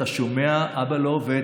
אתה שומע: אבא לא עובד,